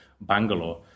Bangalore